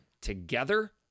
together